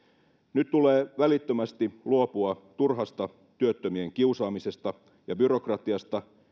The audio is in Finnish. nyt tulee välittömästi luopua turhasta työttömien kiusaamisesta ja byrokratiasta